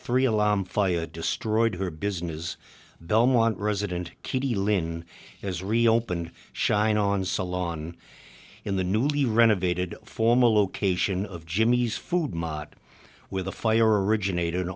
alarm fire destroyed her business belmont resident kitty lynn has reopened shine on salon in the newly renovated formal location of jimmy's food mot with a fire originated